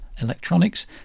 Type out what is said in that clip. electronics